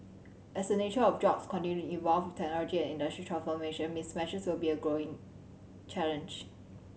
as the nature of jobs continue to evolve with technology and industry transformation mismatches will be a growing challenge